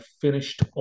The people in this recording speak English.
finished